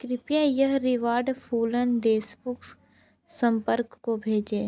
कृपया यह रिवॉर्ड फूलन देशमुख संपर्क को भेजें